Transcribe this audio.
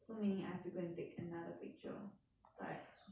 so meaning I have to go and take another picture